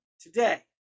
today